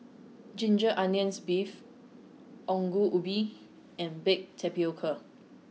ginger onions beef ongol ubi and baked tapioca